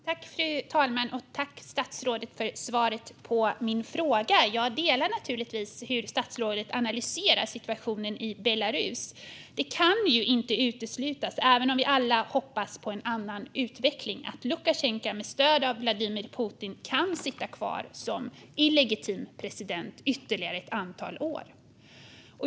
Fru talman! Tack, statsrådet, för svaret på min fråga! Jag delar naturligtvis statsrådets analys av situationen i Belarus. Det kan ju inte uteslutas, även om vi alla hoppas på en annan utveckling, att Lukasjenko med stöd av Vladimir Putin kan sitta kvar som illegitim president ytterligare ett antal år.